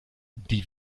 die